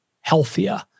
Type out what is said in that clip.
healthier